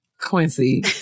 Quincy